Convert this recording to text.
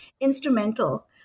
instrumental